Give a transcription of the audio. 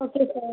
okay sir